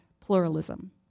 pluralism